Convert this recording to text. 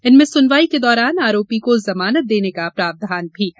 इनमें सुनवाई के दौरान आरोपी को जमानत देने का प्रावधान भी है